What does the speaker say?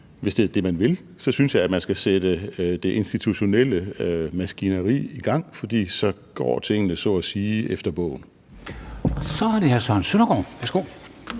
hvis det er det, man vil, så synes jeg, at man skal sætte det institutionelle maskineri i gang, for så går tingene så at sige efter bogen. Kl. 19:52 Formanden